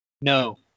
No